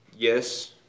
Yes